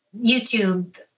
YouTube